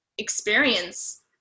Experience